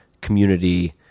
community